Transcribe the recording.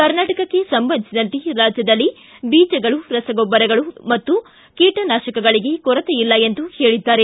ಕರ್ನಾಟಕಕ್ಕೆ ಸಂಬಂಧಿಸಿದಂತೆ ರಾಜ್ಯದಲ್ಲಿ ಬೀಜಗಳು ರಸಗೊಬ್ಬರಗಳು ಮತ್ತು ಕೀಟನಾಶಕಗಳಿಗೆ ಕೊರತೆಯಿಲ್ಲ ಎಂದು ಹೇಳಿದ್ದಾರೆ